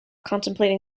contemplating